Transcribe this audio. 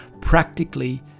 practically